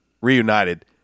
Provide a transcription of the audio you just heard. reunited